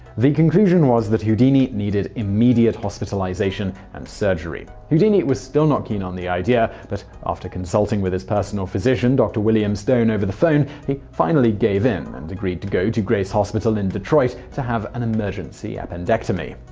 the conclusion was that houdini needed immediate hospitalization and surgery. houdini was still not keen on the idea, but after consulting with his personal physician, dr. william stone, over the phone, he finally gave in an and agreed to go to grace hospital in detroit to have an emergency appendectomy.